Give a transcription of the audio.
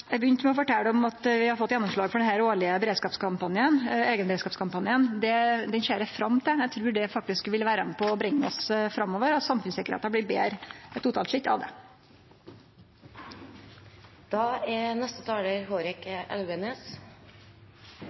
begynte med å fortelje om at vi har fått gjennomslag for denne årlege eigenberedskapskampanjen. Den ser eg fram til. Eg trur det faktisk vil vere med på å bringe oss framover, og at samfunnssikkerheita totalt sett blir betre av